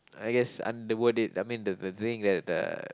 I guess I'm the I mean the the thing that uh